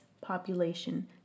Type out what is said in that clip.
population